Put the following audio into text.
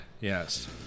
Yes